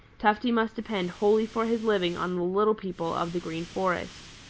tufty must depend wholly for his living on the little people of the green forest.